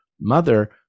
mother